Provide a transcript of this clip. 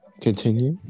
continue